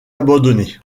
abandonné